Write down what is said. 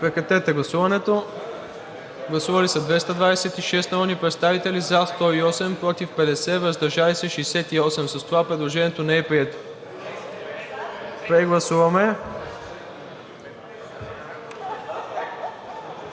режим на гласуване. Гласували са 226 народни представители: за 102, против 121, въздържали се 3. С това предложението не е прието. Прегласуваме,